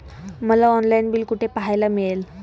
मला online bill कुठे पाहायला मिळेल?